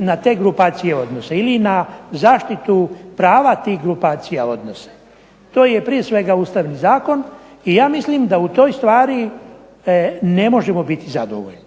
na te grupacije odnose ili na zaštitu prava tih grupacija odnose. To je prije svega Ustavni zakon i ja mislim da u toj stvari ne možemo biti zadovoljni.